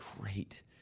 great